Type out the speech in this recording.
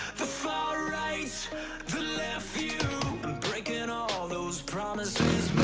the far right the left view um breaking and all those promises